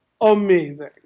amazing